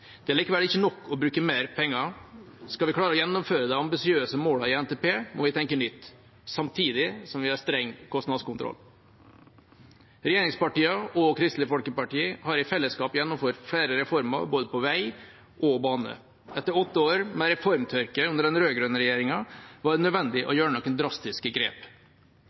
Det er likevel ikke nok å bruke mer penger. Skal vi klare å gjennomføre de ambisiøse målene i NTP, må vi tenke nytt, samtidig som vi har streng kostnadskontroll. Regjeringspartiene og Kristelig Folkeparti har i fellesskap gjennomført flere reformer, både på vei og på bane. Etter åtte år med reformtørke under den rød-grønne regjeringa var det nødvendig å gjøre noen drastiske grep.